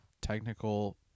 technical